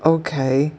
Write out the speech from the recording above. okay